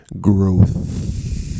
Growth